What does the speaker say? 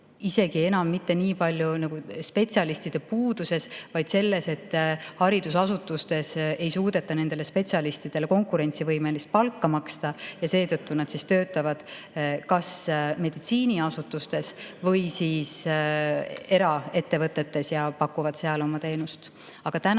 isegi enam mitte nii palju spetsialistide puuduses, vaid selles, et haridusasutustes ei suudeta nendele spetsialistidele konkurentsivõimelist palka maksta ja seetõttu nad töötavad kas meditsiiniasutustes või eraettevõtetes ja pakuvad seal oma teenust. Aga ka praegu